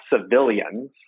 civilians